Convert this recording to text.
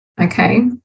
Okay